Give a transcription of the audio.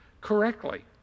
correctly